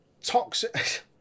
Toxic